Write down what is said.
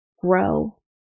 grow